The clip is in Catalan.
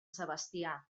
sebastià